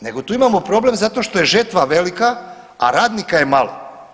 Nego tu imamo problem zato što je žetva velika, a radnika je malo.